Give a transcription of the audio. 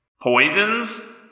Poisons